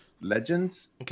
Legends